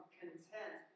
content